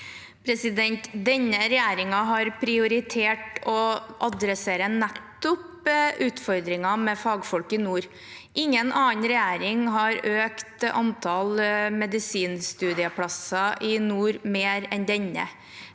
Denne regjer- ingen har prioritert å gjøre noe med nettopp utfordringen med fagfolk i nord. Ingen annen regjering har økt antall medisinstudieplasser i nord mer enn denne.